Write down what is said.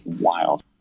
Wild